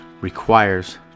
requires